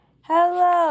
Hello